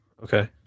okay